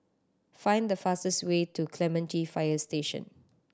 find the fastest way to Clementi Fire Station